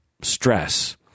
stress